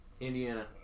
Indiana